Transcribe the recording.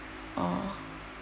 oh